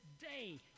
day